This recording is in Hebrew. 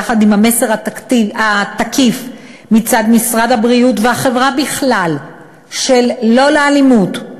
יחד עם המסר התקיף מצד משרד הבריאות והחברה בכלל של "לא לאלימות",